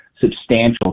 substantial